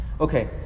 Okay